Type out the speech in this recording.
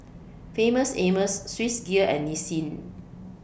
Famous Amos Swissgear and Nissin